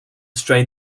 strain